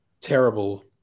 terrible